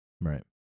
right